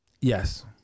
Yes